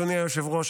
אדוני היושב-ראש,